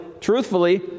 truthfully